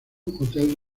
hotel